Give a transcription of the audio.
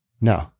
No